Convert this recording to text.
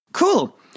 Cool